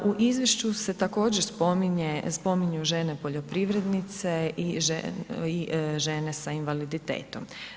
U Izvješću se također spominju žene poljoprivrednice i žene sa invaliditetom.